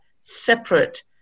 separate